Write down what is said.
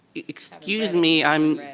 excuse me, i'm,